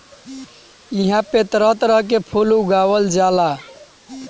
इहां पे तरह तरह के फूल उगावल जाला